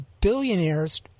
billionaires